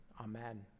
Amen